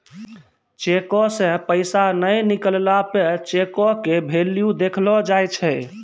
चेको से पैसा नै निकलला पे चेको के भेल्यू देखलो जाय छै